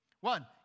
One